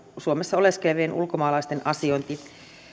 suomessa oleskelevien ulkomaalaisten asiointi